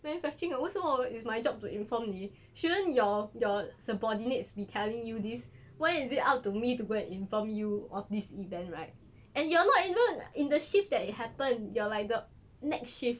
manufacturing 的为什么 it's my job to inform 你 shouldn't your your subordinates be telling you this why is it out to me to go and inform you of this event right and you're not even in the shift it that happened you are like the next shift